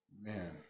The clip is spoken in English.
Man